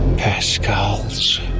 Pascal's